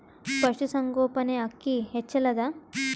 ಪಶುಸಂಗೋಪನೆ ಅಕ್ಕಿ ಹೆಚ್ಚೆಲದಾ?